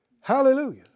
Hallelujah